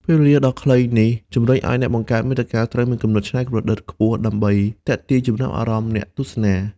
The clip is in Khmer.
ពេលវេលាដ៏ខ្លីនេះ ជំរុញឱ្យអ្នកបង្កើតមាតិកាត្រូវមានគំនិតច្នៃប្រឌិតខ្ពស់ ដើម្បីទាក់ទាញចំណាប់អារម្មណ៍អ្នកទស្សនា។